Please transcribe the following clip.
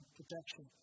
protection